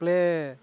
play